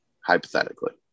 Hypothetically